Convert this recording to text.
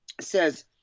says